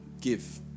give